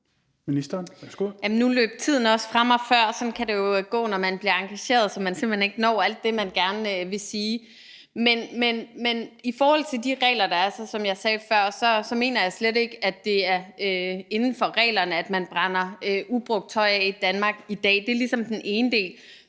Wermelin): Nu løb tiden fra mig før, og sådan kan det jo gå, når man bliver engageret, så man simpelt hen ikke når at sige alt det, man gerne vil sige. Men i forhold til de regler, der er, mener jeg, som jeg sagde før, slet ikke, at det er inden for reglerne, at man brænder ubrugt tøj af i Danmark i dag. Det er ligesom den ene del